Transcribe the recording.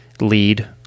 lead